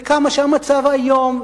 וכמה המצב איום,